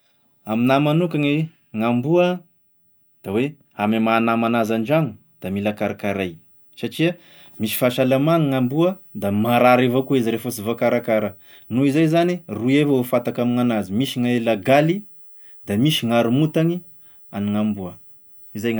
Amin'ahy manokany gn'amboa, da hoe ame maha-nama an'azy andragno da mila karakaray, satria misy fahasalamagny gn'amboa da maharary avao koa izy rehefa sy voakarakara, noho izay zany roy avao e fantako amign'anazy misy gne lagaly, da misy gn'haromontagny anegn'amboa, izay iny.